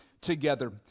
together